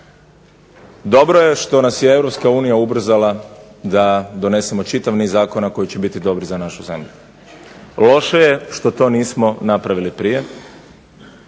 Dobro je što nas je Europska unija ubrzala da donesemo čitav niz zakona koji će biti dobri za našu zemlju. Loše je što to nismo napravili prije.